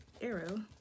Arrow